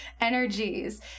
energies